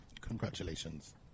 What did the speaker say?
Congratulations